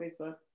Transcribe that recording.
facebook